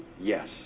Yes